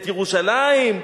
את ירושלים,